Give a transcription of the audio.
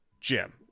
Jim